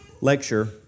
lecture